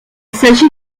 s’agit